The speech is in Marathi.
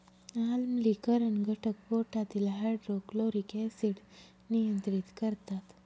आम्लीकरण घटक पोटातील हायड्रोक्लोरिक ऍसिड नियंत्रित करतात